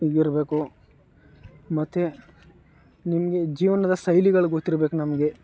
ಇರಬೇಕು ಮತ್ತು ನಿಮಗೆ ಜೀವನದ ಶೈಲಿಗಳು ಗೊತ್ತಿರಬೇಕು ನಮಗೆ